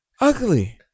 Ugly